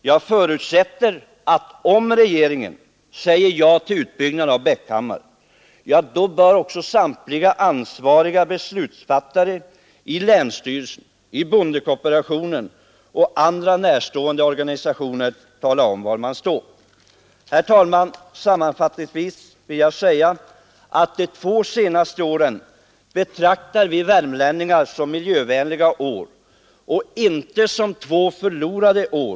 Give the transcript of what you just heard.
Jag förutsätter att om regeringen säger ja till utbyggnad i Bäckhammar skall samtliga ansvariga beslutsfattare i länsstyrelser, i bondekooperationen och i andra närstående organisationer tala om var man står. Herr talman! Sammanfattningsvis vill jag säga att de två senaste åren betraktar vi värmlänningar som miljövänliga år och inte som två förlorade år.